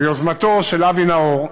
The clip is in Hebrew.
ביוזמתו של אבי נאור,